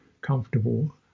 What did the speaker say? comfortable